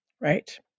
Right